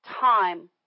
time